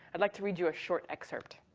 i'd like to read you a short excerpt.